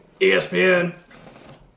ESPN